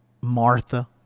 Martha